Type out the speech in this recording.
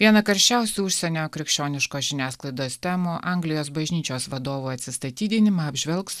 vieną karščiausių užsienio krikščioniškos žiniasklaidos temų anglijos bažnyčios vadovų atsistatydinimą apžvelgs